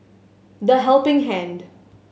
The Helping Hand